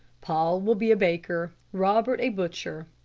paul will be a baker, robert a butcher,